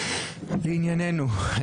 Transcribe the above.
לעניינינו,